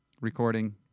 recording